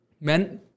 men